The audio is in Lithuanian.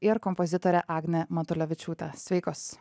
ir kompozitore agne matulevičiūte sveikos